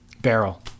Barrel